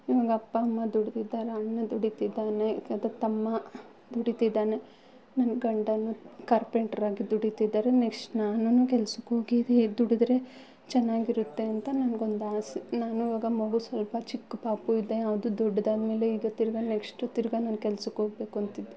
ನಮ್ಗೆ ಅಪ್ಪ ಅಮ್ಮ ದುಡಿದಿದ್ದಾರ ಅಣ್ಣ ದುಡಿತ್ತಿದ್ದಾನೆ ಅದಕ್ಕೆ ತಮ್ಮ ದುಡಿತ್ತಿದ್ದಾನೆ ನನ್ನ ಗಂಡ ಕಾರ್ಪೆಂಟ್ರಾಗಿ ದುಡಿತ್ತಿದ್ದಾರೆ ನೆಕ್ಷ್ಟ್ ನಾನು ಕೆಲ್ಸಕ್ಕೆ ಹೋಗೀ ಈಗ ದುಡಿದ್ರೆ ಚೆನ್ನಾಗಿರುತ್ತೆ ಅಂತ ನನ್ಗೊಂದು ಆಸೆ ನಾನು ಇವಾಗ ಮಗು ಸ್ವಲ್ಪ ಚಿಕ್ಕ ಪಾಪು ಇದೆ ಅದು ದೊಡ್ದಾದಮೇಲೆ ಈಗ ತಿರ್ಗಾ ನೆಕ್ಷ್ಟು ತಿರ್ಗಾ ನಾನು ಕೆಲ್ಸಕ್ಕೆ ಹೋಗ್ಬೇಕು ಅಂತಿದ್ದೆ